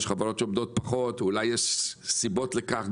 יש כאלה שפחות ואולי יש סיבות לכך,